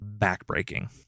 backbreaking